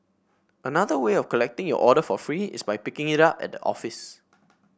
another way of collecting your order for free is by picking it up at the office